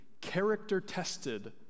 character-tested